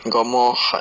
you got more heart